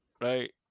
right